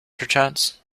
perchance